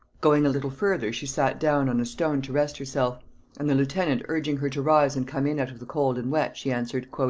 going a little further, she sat down on a stone to rest herself and the lieutenant urging her to rise and come in out of the cold and wet, she answered,